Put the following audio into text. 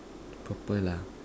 purple ah